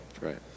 right